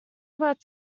about